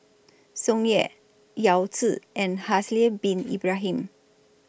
Tsung Yeh Yao Zi and Haslir Bin Ibrahim